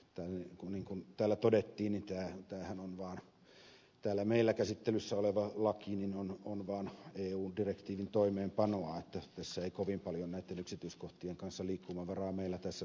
niin kuin täällä todettiin tämä meillä käsittelyssä oleva laki on vaan eu direktiivin toimeenpanoa tässä ei kovin paljon näitten yksityiskohtien kanssa liikkumavaraa meillä tässä salissa ole